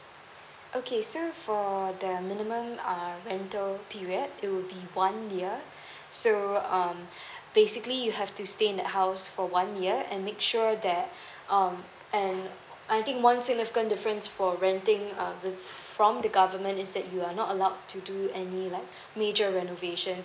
okay so for the minimum um rental period it will be one year so um basically you have to stay in that house for one year and make sure that um and I think one significant difference for renting um with from the government is that you are not allowed to do any like major renovation